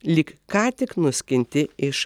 lyg ką tik nuskinti iš